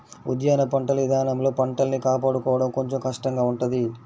ఉద్యాన పంటల ఇదానంలో పంటల్ని కాపాడుకోడం కొంచెం కష్టంగా ఉంటది